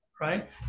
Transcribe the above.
right